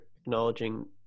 acknowledging